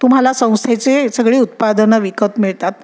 तुम्हाला संस्थेचे सगळी उत्पादनं विकत मिळतात